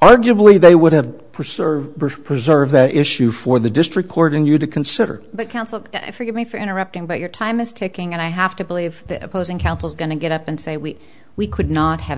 arguably they would have pursued or preserve the issue for the district court and you to consider counsel forgive me for interrupting but your time is ticking and i have to believe that opposing counsel is going to get up and say we we could not have